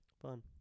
fun